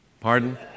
Pardon